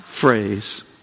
phrase